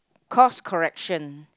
cause correction